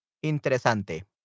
Interesante